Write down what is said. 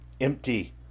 empty